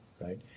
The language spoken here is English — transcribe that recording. right